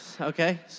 Okay